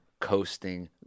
coasting